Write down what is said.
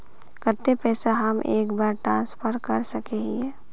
केते पैसा हम एक बार ट्रांसफर कर सके हीये?